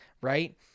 right